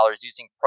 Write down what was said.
using